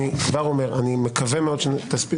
אני כבר אומר: אני מקווה שנספיק.